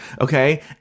Okay